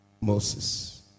Moses